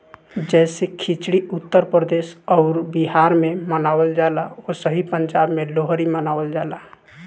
जैसे खिचड़ी उत्तर प्रदेश अउर बिहार मे मनावल जाला ओसही पंजाब मे लोहरी मनावल जाला